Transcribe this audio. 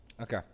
okay